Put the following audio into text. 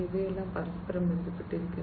ഇവയും പരസ്പരം ബന്ധപ്പെട്ടിരിക്കുന്നു